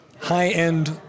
high-end